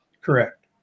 Correct